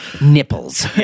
nipples